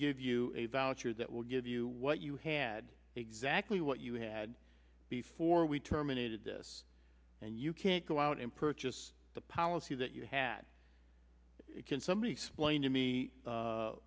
give you a voucher that will give you what you had exactly what you had before we terminated this and you can't go out and purchase the policy that you had somebody explain to me